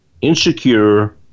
insecure